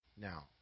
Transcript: Now